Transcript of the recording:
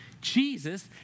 Jesus